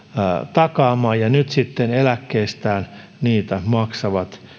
takaamaan ja nyt sitten eläkkeistään niitä maksavat